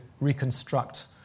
reconstruct